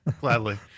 Gladly